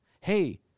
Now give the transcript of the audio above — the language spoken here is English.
hey